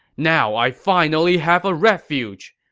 now i finally have a refuge!